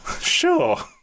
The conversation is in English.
sure